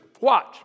Watch